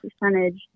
percentage